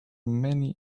many